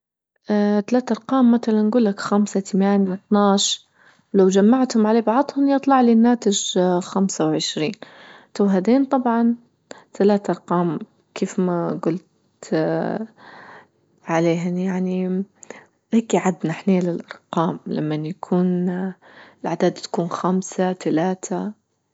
اه تلات أرقام مثلا نجول لك خمسة ثمانية اطنعش لو جمعتهم على بعضهم يطلع لي الناتج اه خمسة وعشرين، تو هذين طبعا ثلاث أرقام كيف ما جلت عليهن يعني لهيك قعدنا حني للأرقام لمن يكون الإعداد تكون خمسة تلاتة.